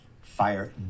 Fire